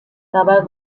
dabei